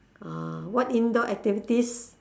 ah what indoor activities